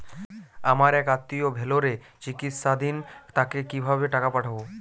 আমার এক আত্মীয় ভেলোরে চিকিৎসাধীন তাকে কি ভাবে টাকা পাঠাবো?